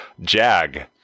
Jag